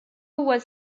was